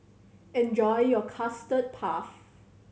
enjoy your Custard Puff